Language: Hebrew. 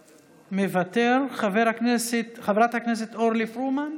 מוותר, חברת הכנסת אורלי פרומן?